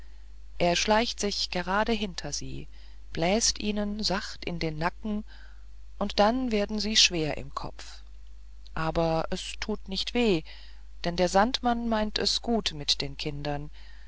er schleicht sich gerade hinter sie bläst ihnen sachte in den nacken und dann werden sie schwer im kopf aber es thut nicht weh denn der sandmann meint es gut mit den kindern